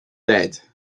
dead